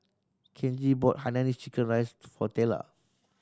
Kenji bought hainanese chicken rice for Tella